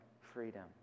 freedom